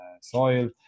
soil